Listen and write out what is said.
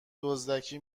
دزدکی